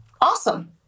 awesome